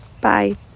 Bye